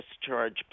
discharge